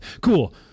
Cool